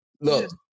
look